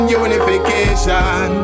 unification